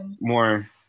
more